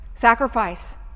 sacrifice